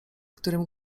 którym